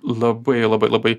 labai labai labai